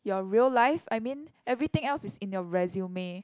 your real life I mean everything else is in your resume